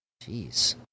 Jeez